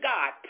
God